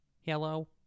Hello